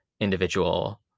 individual